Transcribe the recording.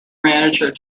manager